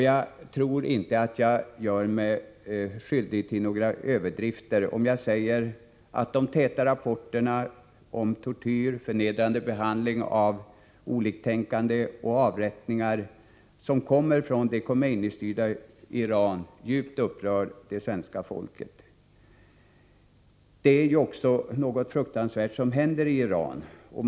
Jag tror inte att jag gör mig skyldig till några överdrifter om jag säger att de täta rapporter om tortyr, förnedrande behandling av oliktänkande och avrättningar som kommer från det Khomeini-styrda Iran djupt upprör det svenska folket. Det är också något fruktansvärt som händer i Iran.